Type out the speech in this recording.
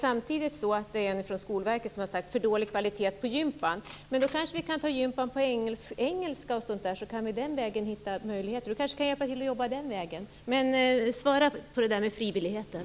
Samtidigt är det en från Skolverket som har sagt att det är för dålig kvalitet på gymnastikundervisningen. Men då kan man kanske ha gymnastik på engelsklektionerna, så kan man den vägen hitta en möjlighet. Lars Wegendal kan kanske hjälpa till med det. Men jag skulle vilja att Lars Wegendal svarade på min fråga om frivilligheten.